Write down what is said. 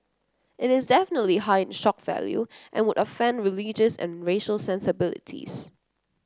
it is definitely high in shock value and would offend religious and racial sensibilities